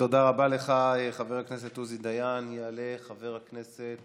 תודה רבה לך, חבר הכנסת